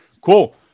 Cool